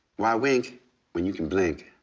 why wink when you can blink?